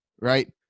right